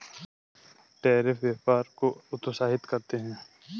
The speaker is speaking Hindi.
टैरिफ व्यापार को हतोत्साहित करते हैं